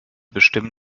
bestimmen